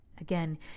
Again